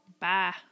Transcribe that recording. Bye